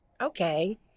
okay